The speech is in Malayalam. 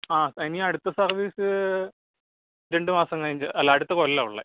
ആ ഇനി അടുത്ത സർവീസ് രണ്ട് മാസം കഴിഞ്ഞിട്ട് അല്ല അടുത്ത കൊല്ലമാ ഉള്ളത്